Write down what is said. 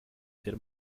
ser